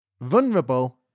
vulnerable